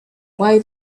why